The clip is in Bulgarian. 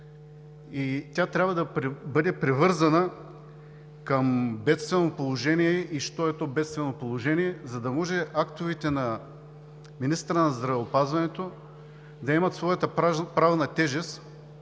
тя трябва да бъде привързана към бедствено положение и що е то бедствено положение, за да може актовете на министъра на здравеопазването да имат своята правна тежест,